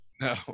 No